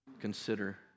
consider